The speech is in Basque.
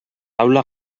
taula